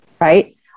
right